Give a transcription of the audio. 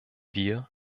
wir